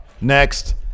Next